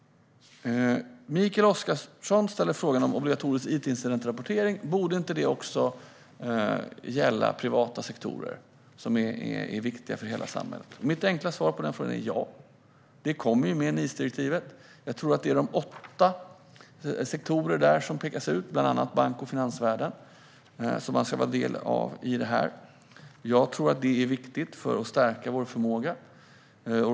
Mikael Oscarsson frågade om obligatorisk it-incidentrapportering inte också borde gälla privata sektorer som är viktiga för hela samhället. Mitt enkla svar på den frågan är: Ja. Det kommer med NIS-direktivet. Jag tror att det är de åtta sektorer som pekas ut där, bland annat bank och finansvärlden, som ska vara delar av detta. Jag tror att detta är viktigt för att stärka vår förmåga.